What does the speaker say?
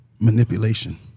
Manipulation